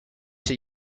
hier